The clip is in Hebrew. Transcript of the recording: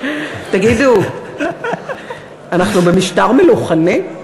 תגידו, אנחנו במשטר מלוכני?